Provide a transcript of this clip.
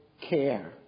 care